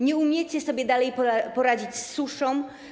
Nie umiecie sobie dalej poradzić z suszą.